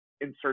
insert